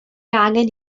angen